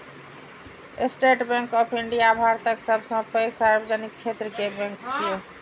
state bank of India भारतक सबसं पैघ सार्वजनिक क्षेत्र के बैंक छियै